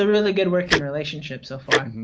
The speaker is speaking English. really good working relationship so far.